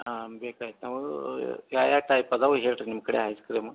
ಹಾಂ ಬೇಕಾಗಿತ್ತೋ ಯಾವ ಯಾವ ಟೈಪ್ ಅದಾವು ಹೇಳಿರಿ ನಿಮ್ಮ ಕಡೆ ಐಸ್ ಕ್ರೀಮ್